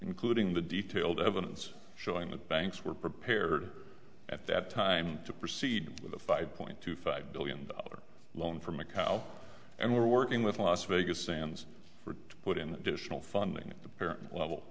including the detailed evidence showing that banks were prepared at that time to proceed with a five point two five billion dollar loan from a cow and were working with las vegas sands or to put in additional funding at the parent level